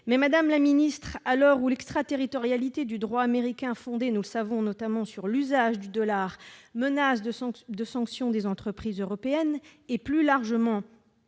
Madame la ministre, à l'heure où l'extraterritorialité du droit américain, fondée notamment sur l'usage du dollar, menace de sanctions des entreprises européennes et, plus largement,